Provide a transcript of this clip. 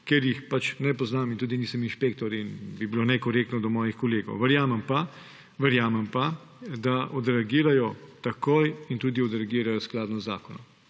ker jih ne poznam in tudi nisem inšpektor in bi bilo nekorektno do mojih kolegov. Verjamem pa, da odreagirajo takoj in tudi odreagirajo skladno z zakonom